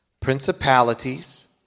Principalities